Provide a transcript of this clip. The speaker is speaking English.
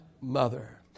mother